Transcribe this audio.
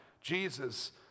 Jesus